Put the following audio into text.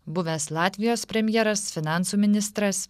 buvęs latvijos premjeras finansų ministras